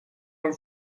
home